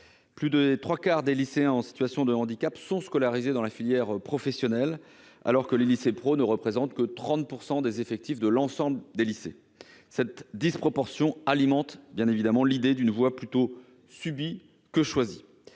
Plus des trois quarts des lycéens en situation de handicap sont scolarisés dans la filière professionnelle, alors que les lycées professionnels ne représentent que 30 % des effectifs de l'ensemble des lycées. Une telle disproportion alimente bien évidemment l'idée d'une voie plus subie que choisie.